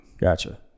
Gotcha